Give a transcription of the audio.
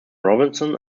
robinson